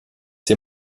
dir